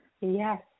Yes